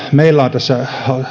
meillä on tässä